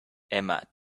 emma